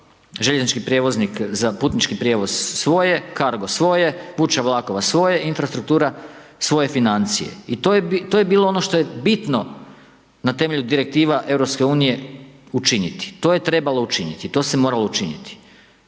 željeznički prijevoznik za putnički prijevoz svoje, Cargo svoje, Vuča vlakova svoje i Infrastruktura svoje financije i to je bilo ono što je bitno na temelju direktiva EU učiniti. To je trebalo učiniti. To se moralo učiniti.